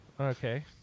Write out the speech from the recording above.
Okay